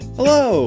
Hello